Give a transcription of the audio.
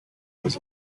dos